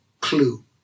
clue